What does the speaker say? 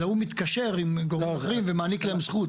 אלא הוא זה שמתקשר עם גורמים אחרים ומעניק להם זכות.